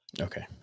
Okay